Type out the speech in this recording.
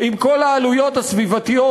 עם כל העלויות הסביבתיות,